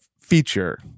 feature